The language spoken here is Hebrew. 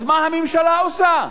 אז מה הממשלה עושה?